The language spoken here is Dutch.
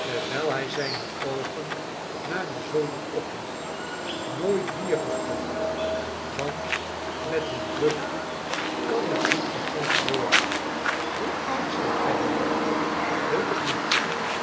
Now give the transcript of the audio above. terwijl hij zijne oogen naar den zolder ophief nooit bier geproefd want met een drupje kan het niet geproefd worden hoe oud zijt gij wel ik weet het niet